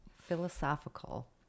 Philosophical